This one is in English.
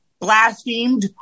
blasphemed